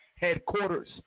headquarters